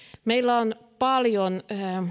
meillä on paljon